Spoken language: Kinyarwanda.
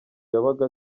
yabaga